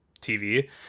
tv